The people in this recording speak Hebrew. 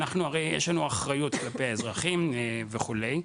הרי יש לנו אחריות כלפי אזרחים וכולי,